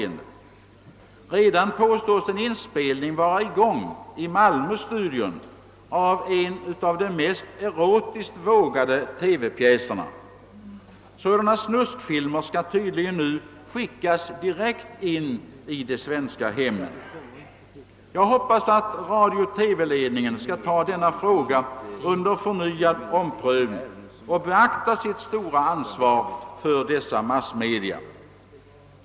En inspelning påstås redan vara i gång i Malmöstudion av en av de mest erotiskt vågade TV-pjäserna. Sådana snuskfilmer skall tydligen nu skickas direkt in i de svenska hemmen, Jag hoppas att radiooch TV-ledningen skall ta denna fråga under förnyad omprövning och beakta sitt stora ansvar för dessa massmedia.